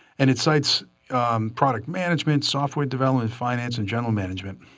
and it cites product management, software development, finance and general management.